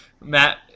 Matt